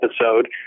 episode